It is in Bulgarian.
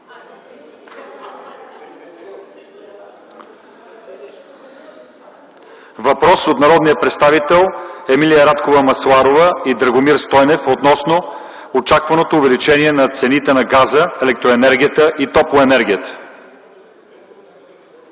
Въпрос от народните представители Емилия Радкова Масларова и Драгомир Стойнев относно очакваното увеличение на цените на газа, електроенергията и топлоенергията.